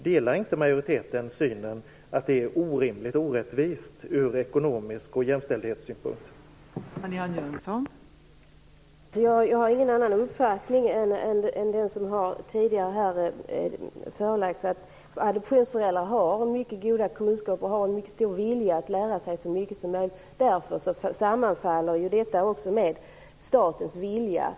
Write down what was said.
Delar inte majoriteten synen att förhållandena ekonomiskt och ur jämställdhetssynpunkt är orimliga och orättvisa?